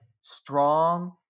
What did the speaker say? strong